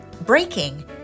Breaking